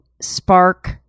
spark